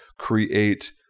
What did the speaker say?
create